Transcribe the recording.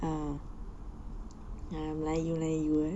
oh mm melayu melayu